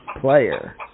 player